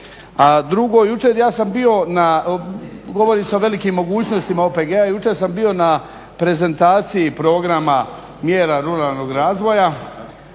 i jučer sam bio na prezentaciji programa mjera ruralnog razvoja